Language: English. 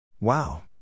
Wow